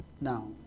Now